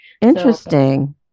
interesting